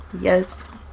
Yes